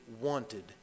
wanted